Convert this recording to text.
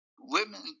women